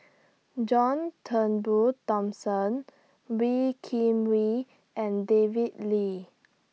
John Turnbull Thomson Wee Kim Wee and David Lee